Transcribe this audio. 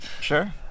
sure